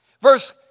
Verse